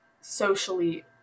socially